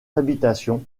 habitations